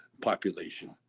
population